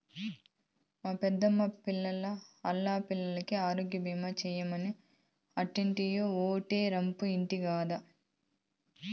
మా పెద్దమ్మా ఆల్లా పిల్లికి ఆరోగ్యబీమా సేయమని ఆల్లింటాయినో ఓటే రంపు ఇంటి గదా